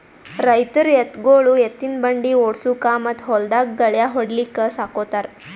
ರೈತರ್ ಎತ್ತ್ಗೊಳು ಎತ್ತಿನ್ ಬಂಡಿ ಓಡ್ಸುಕಾ ಮತ್ತ್ ಹೊಲ್ದಾಗ್ ಗಳ್ಯಾ ಹೊಡ್ಲಿಕ್ ಸಾಕೋತಾರ್